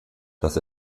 dass